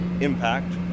impact